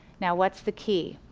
now what's the key.